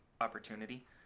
opportunity